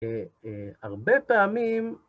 הרבה פעמים...